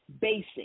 basic